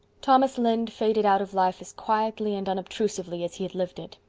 thomas lynde faded out of life as quietly and unobtrusively as he had lived it.